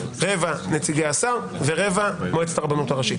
רבע נציגי השר ורבע מועצת הרבנות הראשית.